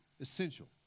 essential